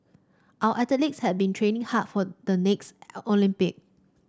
our athletes have been training hard for the next Olympic